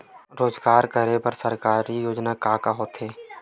रोजगार करे बर सरकारी योजना का का होथे?